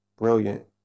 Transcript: brilliant